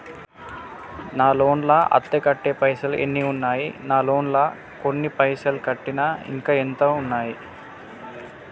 నా లోన్ లా అత్తే కట్టే పైసల్ ఎన్ని ఉన్నాయి నా లోన్ లా కొన్ని పైసల్ కట్టిన ఇంకా ఎంత ఉన్నాయి?